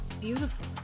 beautiful